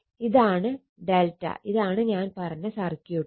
ഇതാണ് ∆ ഇതാണ് ഞാൻ പറഞ്ഞ സർക്യൂട്ട്